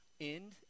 end